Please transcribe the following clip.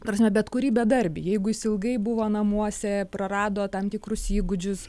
ta prasme bet kurį bedarbį jeigu jis ilgai buvo namuose prarado tam tikrus įgūdžius